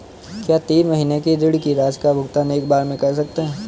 क्या तीन महीने के ऋण की राशि का भुगतान एक बार में कर सकते हैं?